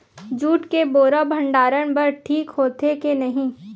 Jute के बोरा भंडारण बर ठीक होथे के नहीं?